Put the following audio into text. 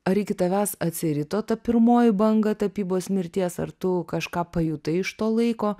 ar iki tavęs atsirito ta pirmoji banga tapybos mirties ar tu kažką pajutai iš to laiko